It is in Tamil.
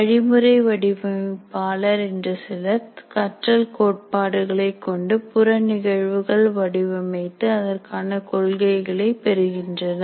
வழிமுறை வடிவமைப்பாளர் என்று சிலர் கற்றல் கோட்பாடுகளை கொண்டு புற நிகழ்வுகள் வடிவமைத்து அதற்கான கொள்கைகளை பெறுகின்றனர்